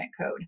code